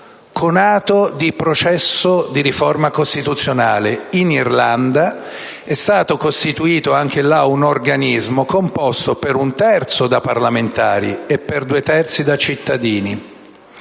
conato di processo di riforma costituzionale. In Irlanda è stato costituito un organismo composto per un terzo da parlamentari e per due terzi da cittadini;